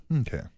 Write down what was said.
Okay